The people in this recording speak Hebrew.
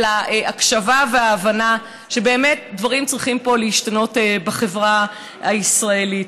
בהקשבה וההבנה שבאמת דברים צריכים פה להשתנות בחברה הישראלית,